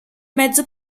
mezzo